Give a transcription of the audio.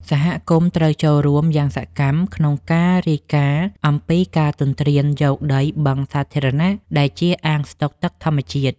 សហគមន៍ត្រូវចូលរួមយ៉ាងសកម្មក្នុងការរាយការណ៍អំពីការទន្ទ្រានយកដីបឹងសាធារណៈដែលជាអាងស្តុកទឹកធម្មជាតិ។